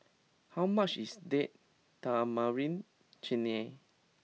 how much is Date Tamarind Chutney